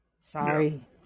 sorry